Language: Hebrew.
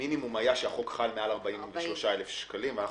המינימום היה שהחוק חל מעל 43,000 שקלים.